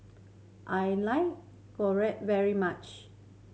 I like Gyro very much